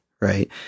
right